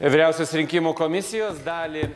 vyriausios rinkimų komisijos dalį